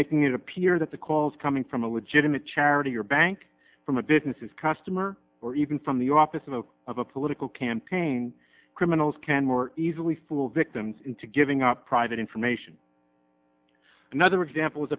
making it appear that the calls coming from a legitimate charity or bank from a businesses customer or even from the office of a of a political campaign criminals can more easily fool victims into giving up private information another example is